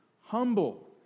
humble